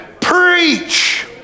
Preach